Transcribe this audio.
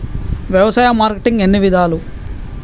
వ్యవసాయ మార్కెటింగ్ ఎన్ని విధాలు?